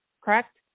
correct